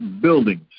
buildings